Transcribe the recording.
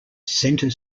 centre